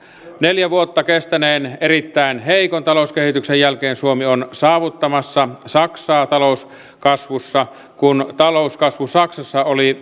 neljä vuotta kestäneen erittäin heikon talouskehityksen jälkeen suomi on saavuttamassa saksaa talouskasvussa kun talouskasvu saksassa